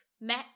met